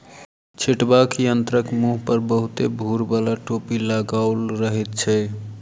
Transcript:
छिटबाक यंत्रक मुँह पर बहुते भूर बाला टोपी लगाओल रहैत छै